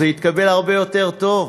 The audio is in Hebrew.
זה יתקבל הרבה יותר טוב,